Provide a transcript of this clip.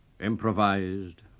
improvised